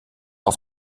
auf